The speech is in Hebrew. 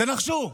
תנחשו,